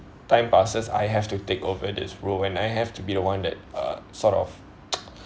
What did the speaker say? time passes I have to take over this role and I have to be the one that uh sort of